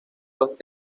los